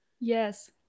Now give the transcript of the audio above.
yes